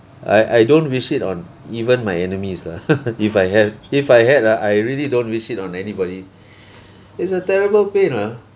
I I don't wish it on even my enemies lah if I have if I had ah I really don't wish it on anybody it's a terrible pain lah